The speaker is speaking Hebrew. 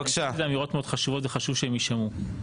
יש אמירות מאוד חשובות וחשוב שהן יישמעו.